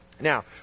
Now